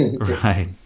Right